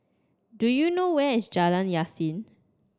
do you know where is Jalan Yasin